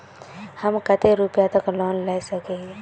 हम कते रुपया तक लोन ला सके हिये?